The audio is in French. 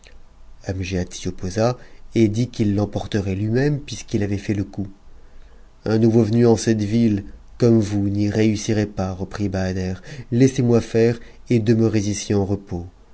s'y opposa et dit qu'il l'emporterait lui-même puisqu'il avait fait le coup nouveau venu en cette ville comme vous n'y réussirait pas reprit mder laissez-moi faire et demeurez ici en repos